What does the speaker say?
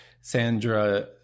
Sandra